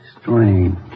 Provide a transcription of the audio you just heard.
Strange